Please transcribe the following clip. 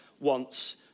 wants